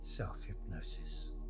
Self-hypnosis